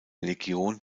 legion